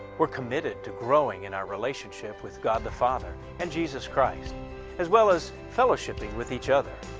we're committed to growing in our relationship with god the father and jesus christ as well as fellowshipping with each other.